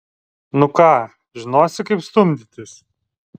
nu ką žinosi kaip stumdytis